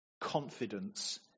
confidence